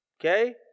okay